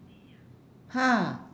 ha